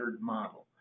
model